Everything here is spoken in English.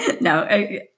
No